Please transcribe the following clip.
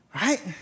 right